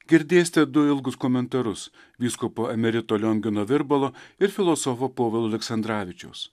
girdėsite du ilgus komentarus vyskupo emerito liongino virbalo ir filosofo povilo aleksandravičiaus